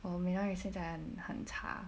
我闽南语现在很很差